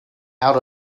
out